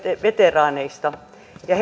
veteraaneista ja